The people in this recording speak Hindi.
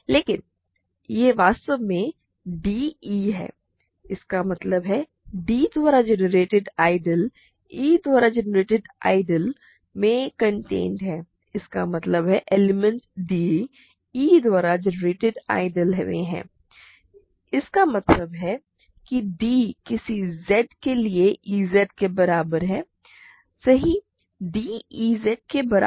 लेकिन यह वास्तव में d e है इसका मतलब है कि d द्वारा जनरेटेड आइडियल e द्वारा जनरेटेड आइडियल में कॉन्टेंड है इसका मतलब है एलिमेंट d e द्वारा जनरेटेड आइडियल में है इसका मतलब है कि d किसी z के लिए ez के बराबर है सही d ez के बराबर है